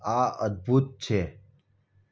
આ અદભૂત છે